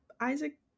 Isaac